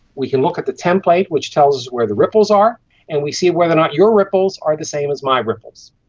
we can look at the template which tells where the ripples are and we see whether or not your ripples are the same as my ripples.